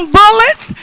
bullets